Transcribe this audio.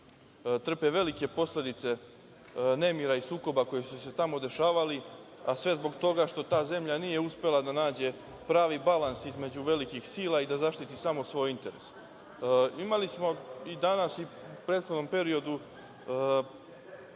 trpe velike posledice nemira i sukoba koji su se tamo dešavali, a sve zbog toga što ta zemlja nije uspela da nađe pravi balans između velikih sila i da zaštiti samo svoj interes. Imali smo danas i u prethodnom periodu